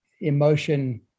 emotion